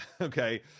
okay